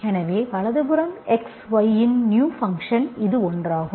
எனவே வலது புறம் X Y இன் நியூ ஃபங்க்ஷன் இது ஒன்றாகும்